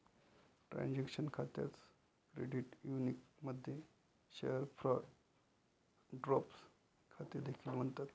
transaction खात्यास credit युनियनमध्ये share draft खाते देखील म्हणतात